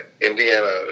Indiana